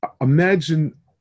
imagine